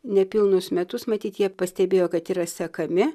nepilnus metus matyt jie pastebėjo kad yra sekami